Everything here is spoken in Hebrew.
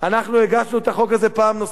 אנחנו הגשנו את החוק הזה פעם נוספת,